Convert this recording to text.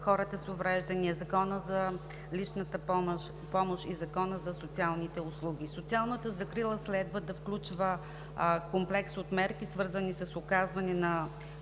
хората с увреждания, Законът за личната помощ и Законът за социалните услуги. Социалната закрила следва да включва комплекс от мерки, свързани с оказване на